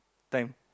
time